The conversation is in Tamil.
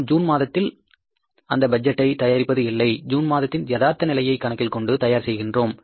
நாம் ஜூன் மாதத்தில் இந்த பட்ஜெட்டை தயாரிப்பது இல்லை ஜூன் மாதத்தின் யதார்த்த நிலையைக் கணக்கில் கொண்டு தயார் செய்கின்றோம்